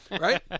Right